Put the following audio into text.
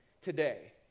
today